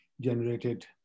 generated